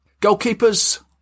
Goalkeepers